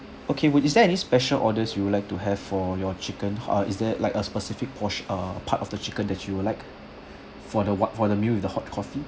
okay would is there any special orders you would like to have for your chicken uh is there like a specific portion uh part of the chicken that you would like for the what for the meal with the hot coffee